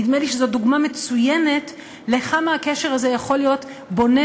נדמה לי שזו דוגמה מצוינת לכמה הקשר הזה יכול להיות בונה,